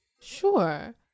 Sure